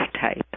type